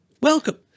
welcome